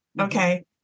okay